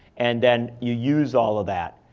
and then you use all of that.